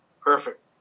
perfect